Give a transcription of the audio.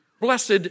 Blessed